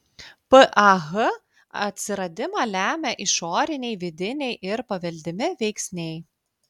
pah atsiradimą lemia išoriniai vidiniai ir paveldimi veiksniai